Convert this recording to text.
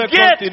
get